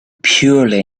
purely